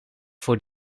voor